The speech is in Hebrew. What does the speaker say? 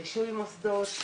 רישוי מוסדות,